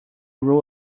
rule